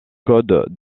code